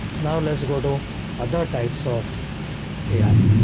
now let's go to other types of ai.